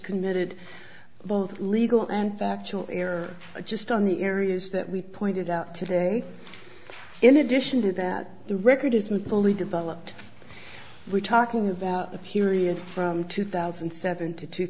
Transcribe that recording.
committed both legal and factual error just on the areas that we pointed out today in addition to that the record is medically developed we're talking about the period from two thousand and seven to two